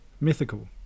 Mythical